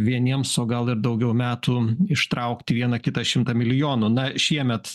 vieniems o gal ir daugiau metų ištraukt vieną kitą šimtą milijonų na šiemet